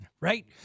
right